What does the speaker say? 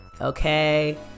okay